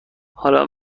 حالا